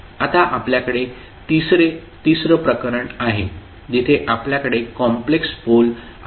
आता आपल्याकडे तिसरं प्रकरण आहे जिथे आपल्याकडे कॉम्प्लेक्स पोल आहेत